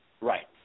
Right